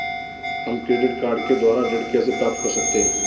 हम credit card के द्वारा ऋण कैसे प्राप्त कर सकते हैं?